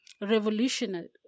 revolutionary